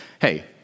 hey